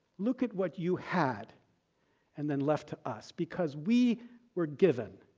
look at what you had and then left to us. because we were given